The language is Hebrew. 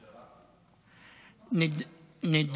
בשאראת, לא,